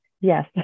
yes